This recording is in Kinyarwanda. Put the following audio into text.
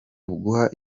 uguha